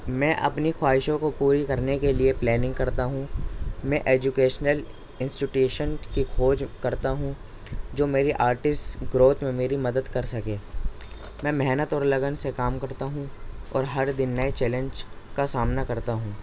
میں اپنی خواہشوں کو پوری کرنے کے لیے پلاننگ کرتا ہوں میں ایجوکیشنل انسٹیٹیوشن کی کھوج کرتا ہوں جو میری آرٹس گروتھ میں میری مدد کر سکے میں محنت اور لگن سے کام کرتا ہوں اور ہر دن نئے چیلنج کا سامنا کرتا ہوں